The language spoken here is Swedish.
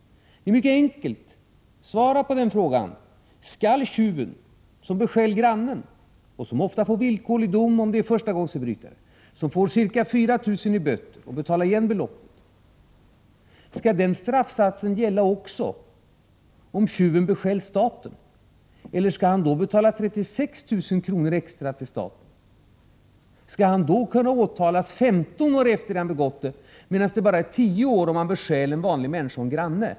En tjuv som bestjäl en granne får ofta villkorlig dom, om han är en förstagångsförbrytare. Han får ca 4 000 kr. i böter och skall betala igen det belopp han stulit. Min fråga är mycket enkel — svara på den: Skall den straffsatsen gälla också om tjuven bestjäl staten? Eller skall han då betala 36 000 kr. extra till staten? Skall han då kunna åtalas 15 år efter det att han begått brottet, medan preskriptionstiden bara är 10 år om han bestjäl en människa, en granne?